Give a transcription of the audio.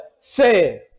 Say